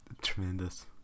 tremendous